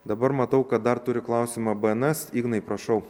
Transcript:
dabar matau kad dar turi klausimą bns ignai prašau